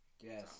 yes